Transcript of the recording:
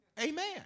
Amen